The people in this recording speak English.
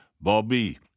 Bobby